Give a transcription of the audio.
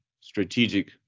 strategic